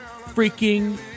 freaking